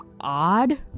odd